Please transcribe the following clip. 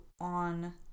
on